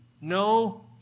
No